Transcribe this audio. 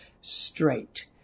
straight